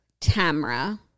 Tamra